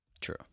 True